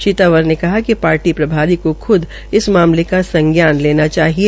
श्री तंवर ने कहा कि पार्टी प्रभारी को ख्द इस मामले का संज्ञान लेना चाहिए